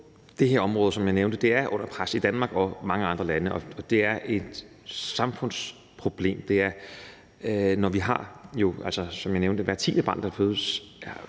Det her område er, som jeg nævnte, under pres i Danmark og mange andre lande, og det er et samfundsproblem. Når, som jeg nævnte, hvert tiende barn, der fødes,